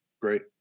Great